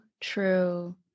true